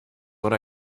what